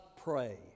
pray